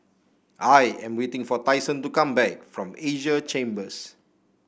I am waiting for Tyson to come back from Asia Chambers